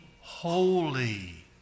holy